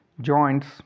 joints